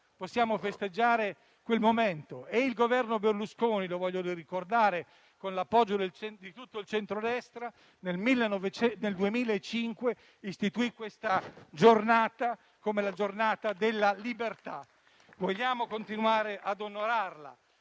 possiamo festeggiare quel momento: il Governo Berlusconi - lo voglio ricordare - con l'appoggio di tutto il centrodestra nel 2005 istituì questa giornata come il Giorno della libertà e vogliamo continuare ad onorarla.